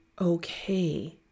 okay